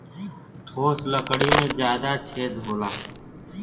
ठोस लकड़ी में जादा छेद होला